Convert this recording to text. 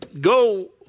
go